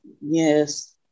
Yes